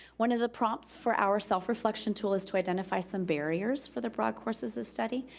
one of the prompts for our self-reflection tool is to identify some barriers for the broad courses of study.